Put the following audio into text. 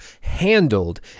handled